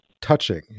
touching